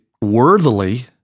worthily